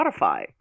Spotify